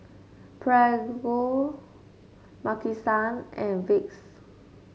Prego Maki San and Vicks